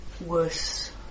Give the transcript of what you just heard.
worse